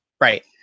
Right